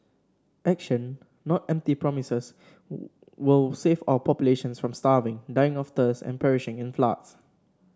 action not empty promises will save our populations from starving dying of thirst and perishing in floods